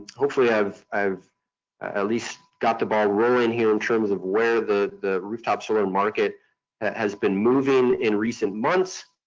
hopefully i've i've at least got the ball rolling here in terms of where the rooftop solar market has been moving in recent months,